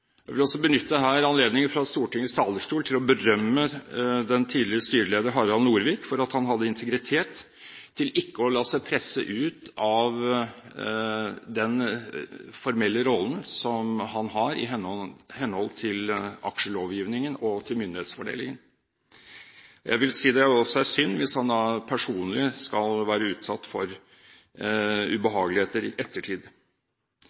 Jeg vil også benytte anledningen her fra Stortingets talerstol til å berømme den tidligere styreleder Harald Norvik for at han hadde integritet til ikke å la seg presse ut av den formelle rollen som han har i henhold til aksjelovgivningen og til myndighetsfordelingen. Jeg vil si det også er synd hvis han personlig skal ha blitt utsatt for